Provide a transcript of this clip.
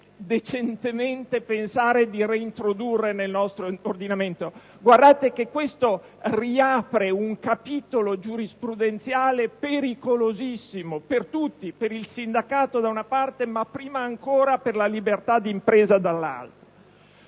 sensatamente pensare di reintrodurre nel nostro sistema. Questo riapre un capitolo giurisprudenziale pericolosissimo per tutti: per il sindacato da una parte, ma prima ancora per la libertà d'impresa.